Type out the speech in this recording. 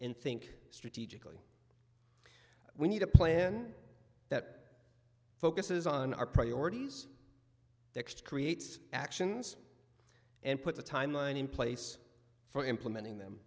think strategically we need a plan that focuses on our priorities that creates actions and put a timeline in place for implementing them